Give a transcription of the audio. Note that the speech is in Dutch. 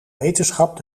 wetenschap